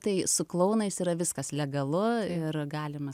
tai su klounais yra viskas legalu ir galima